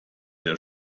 der